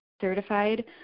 certified